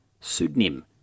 pseudonym